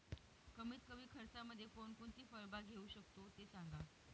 कमीत कमी खर्चामध्ये कोणकोणती फळबाग घेऊ शकतो ते सांगा